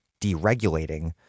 deregulating